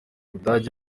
budage